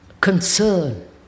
concern